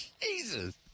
Jesus